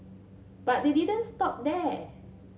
but they didn't stop there